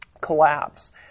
collapse